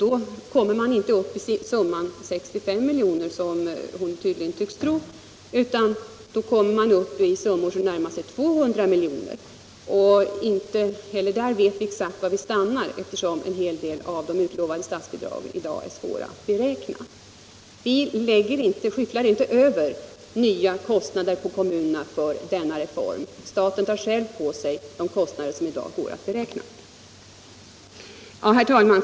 De summerar sig inte till 65 milj.kr., som fru Lantz tydligen tycks tro, utan de kommer upp i summor som närmar sig 200 milj.kr. Vi vet inte exakt var kostnaderna stannar, eftersom en hel del av de utlovade statsbidragen i dag är svåra att beräkna. Vi skyfflar inte över nya kostnader på kommunerna för denna reform. Några kommunala motprestationer ställs inte krav på, utan staten tar själv på sig de kostnader som i dag går att beräkna. Herr talman!